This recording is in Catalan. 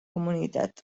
comunitat